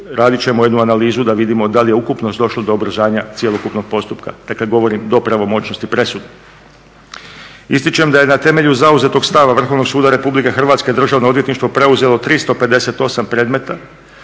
radit ćemo jednu analizu da vidimo da li je ukupno došlo do ubrzanja cjelokupnog postupka. Dakle, govorim do pravomoćnosti presude. Ističem da je na temelju zauzetog stava Vrhovnog suda Republike Hrvatske Državno odvjetništvo preuzelo 358 predmeta